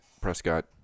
Prescott